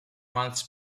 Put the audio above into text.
months